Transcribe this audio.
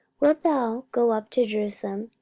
wilt thou go up to jerusalem,